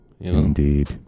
indeed